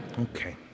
Okay